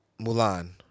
Mulan